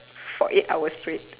for eight hours straight